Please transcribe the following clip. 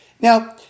Now